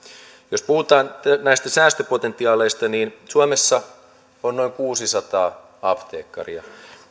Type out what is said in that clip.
jos puhutaan näistä säästöpotentiaaleista niin suomessa on noin kuusisataa apteekkaria